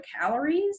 calories